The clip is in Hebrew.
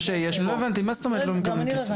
שיש פה -- לא הבנתי מה זאת אומרת לא מקבלים כסף?